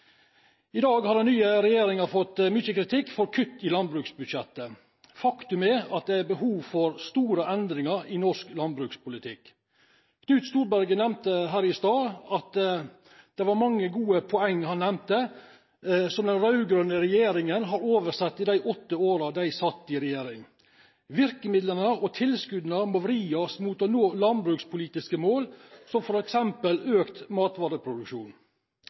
I dag har den nye regjeringen fått mye kritikk for kutt i landbruksbudsjettet. Faktum er at det er behov for store endringer i norsk landbrukspolitikk. Knut Storberget nevnte her i stad mange gode poeng som de rød-grønne har oversett i de åtte årene de satt i regjering. Virkemidlene og tilskuddene må vris mot å nå landbrukspolitiske mål som f.eks. økt